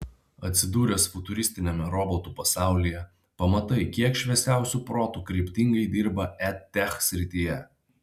atsidūręs futuristiniame robotų pasaulyje pamatai kiek šviesiausių protų kryptingai dirba edtech srityje